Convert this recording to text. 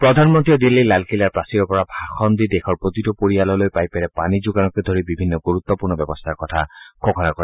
প্ৰধানমন্ত্ৰীয়ে দিল্লীৰ লালকিল্লাৰ প্ৰাচীৰৰ পৰা ভাষণ দি দেশৰ প্ৰতিটো পৰিয়াললৈ পাইপেৰে পানী যোগানকে ধৰি বিভিন্ন গুৰুত্বপূৰ্ণ ব্যৱস্থাৰ কথা ঘোষণা কৰে